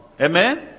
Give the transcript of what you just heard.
Amen